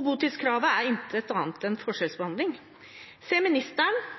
Botidskravet er intet annet enn forskjellsbehandling. Ser ministeren,